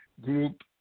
Group